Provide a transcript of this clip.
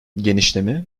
genişleme